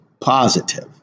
positive